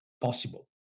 possible